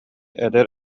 эдэр